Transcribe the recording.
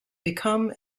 become